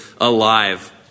alive